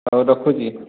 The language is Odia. ହଉ ରଖୁଛି